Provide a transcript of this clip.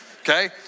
Okay